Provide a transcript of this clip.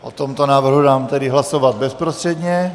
O tomto návrhu dám tedy hlasovat bezprostředně.